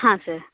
ಹಾಂ ಸರ್